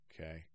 Okay